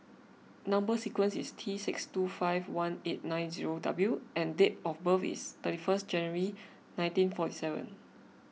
Number Sequence is T six two five one eight nine zero W and date of birth is thirty first January nineteen forty seven